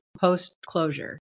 post-closure